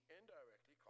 indirectly